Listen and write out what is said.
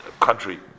country